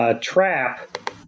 trap